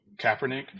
Kaepernick